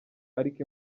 ariko